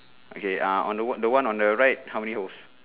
okay ah on the what the one on the right how many holes